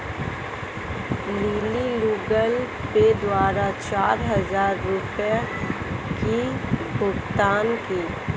lily Google Pay द्वारा चार हजार रुपए की भुगतान की